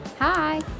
Hi